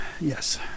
Yes